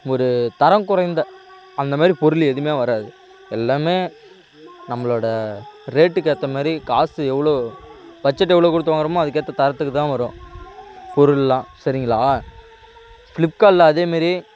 ஒரு தரம் குறைந்த அந்த மாரி பொருள் எதுவுமே வராது எல்லாமே நம்மளோடய ரேட்டுக்கு ஏற்ற மாரி காசு எவ்வளோ பட்ஜெட் எவ்வளோ கொடுத்து வாங்குகிறோமோ அதுக்கு ஏற்ற தரத்துக்கு தான் வரும் பொருளள்லாம் சரிங்களா ஃப்ளிப்கார்ட்டில் அதே மாரி